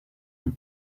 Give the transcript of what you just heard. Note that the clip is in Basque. bai